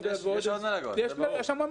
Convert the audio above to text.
יש המון מלגות.